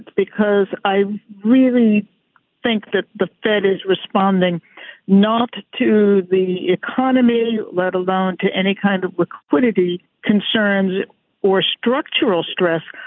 because i really think that the fed is responding not to the economy, let alone to any kind of liquidity concerns or structural stress,